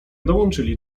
dołączyli